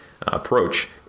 approach